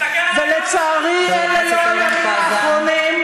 מסתכל עלייך אבא שלך מהשמים,